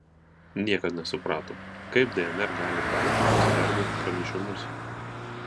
niekas nesuprato kaip dnr gali baltymams perduoti pranešimus